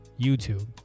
YouTube